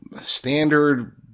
standard